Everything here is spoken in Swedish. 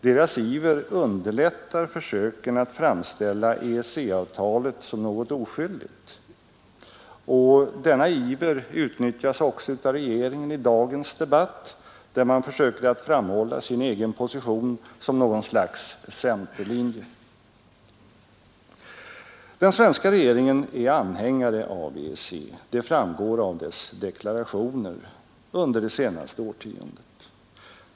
Deras iver underlättar försöken att framställa EEC-avtalet som något oskyldigt, och denna iver utnyttjas också av regeringen i dagens debatt, där man försöker framhålla sin egen position som något slags centerlinje. Den svenska regeringen är anhängare av EEC, det framgår av dess deklarationer under det senaste årtiondet.